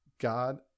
God